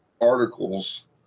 articles